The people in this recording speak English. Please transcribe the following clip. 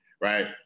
right